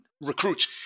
recruits